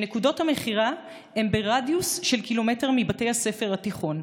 נקודות המכירה הן ברדיוס של קילומטר מבתי ספר תיכוניים.